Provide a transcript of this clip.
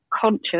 conscious